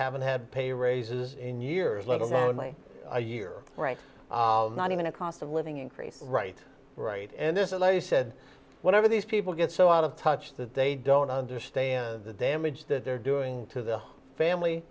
haven't had pay raises in years let alone a year right not even a cost of living increase right right and this is where you said whatever these people get so out of touch that they don't understand the damage that they're doing to the family